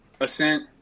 ascent